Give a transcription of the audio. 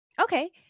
okay